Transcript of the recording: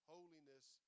Holiness